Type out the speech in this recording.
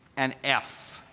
and f.